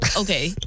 Okay